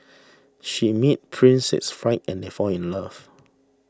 she meets Princess fried and they fall in love